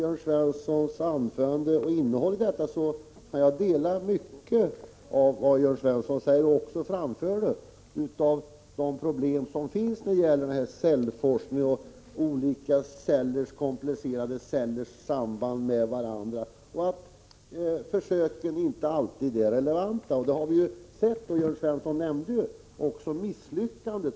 Herr talman! Jag kan instämma i mycket av det Jörn Svensson sade beträffande de problem som finns när det gäller cellforskningen och olika cellers komplicerade samband med varandra. Försöken är inte alltid relevanta. Jörn Svensson nämnde också misslyckanden.